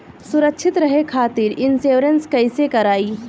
सुरक्षित रहे खातीर इन्शुरन्स कईसे करायी?